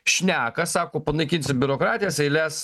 šneka sako panaikinsim biurokratijas eiles